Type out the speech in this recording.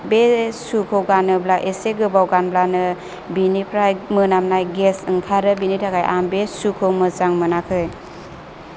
बे शुखौ गानोब्ला एसे गोबाव गानब्लानो बिनिफ्राय मोनामनाय गेस ओंखारो बिनि थाखाय आं बे शुखौ मोजां मोनाखै